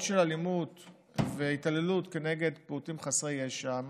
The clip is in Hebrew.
של האלימות וההתעללות בפעוטות חסרי ישע,